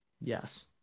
Yes